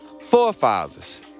forefathers